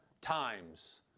times